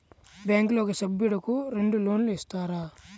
బ్యాంకులో ఒక సభ్యుడకు రెండు లోన్లు ఇస్తారా?